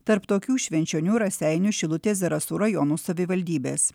tarp tokių švenčionių raseinių šilutės zarasų rajonų savivaldybės